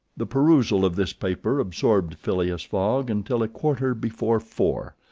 the perusal of this paper absorbed phileas fogg until a quarter before four,